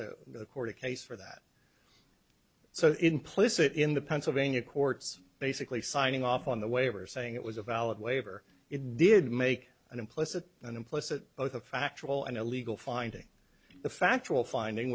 the court case for that so implicit in the pennsylvania courts basically signing off on the waiver saying it was a valid waiver it did make an implicit an implicit oath a factual and a legal finding the factual finding